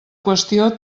qüestió